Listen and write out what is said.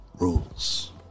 rules